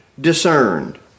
discerned